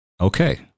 okay